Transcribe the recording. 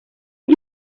you